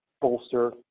bolster